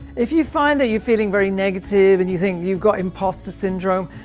if you find that you're feeling very negative and you think you've got imposter syndrome,